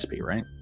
right